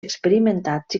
experimentats